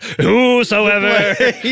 Whosoever